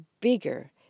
bigger